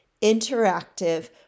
interactive